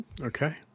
okay